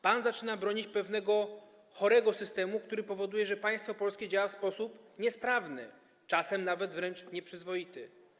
Pan zaczyna bronić pewnego chorego systemu, który powoduje, że państwo polskie działa w sposób niesprawny, czasem nawet wręcz nieprzyzwoity.